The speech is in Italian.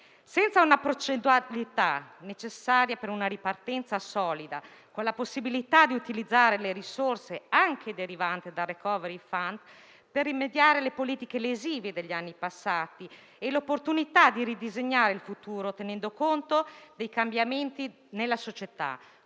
dunque la progettualità necessaria per una ripartenza solida, con la possibilità di utilizzare le risorse anche derivanti dal *recovery fund* per rimediare alle politiche lesive degli anni passati e cogliere l'opportunità di ridisegnare il futuro, tenendo conto dei cambiamenti nella società,